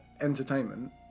entertainment